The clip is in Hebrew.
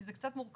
כי זה קצת מורכב.